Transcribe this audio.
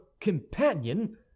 companion